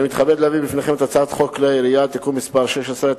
אני מתכבד להביא בפניכם את הצעת חוק כלי הירייה (תיקון מס' 16),